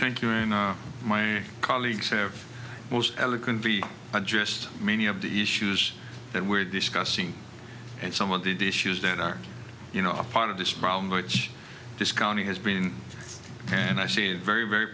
you my colleagues have most eloquently addressed many of the issues that we're discussing and some of these issues that are you know a part of this problem which this county has been and i seen very very